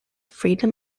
freedom